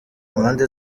impande